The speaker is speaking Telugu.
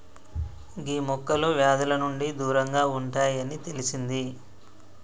గీ మొక్కలు వ్యాధుల నుండి దూరంగా ఉంటాయి అని తెలిసింది